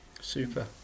Super